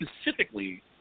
specifically